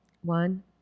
One